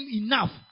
enough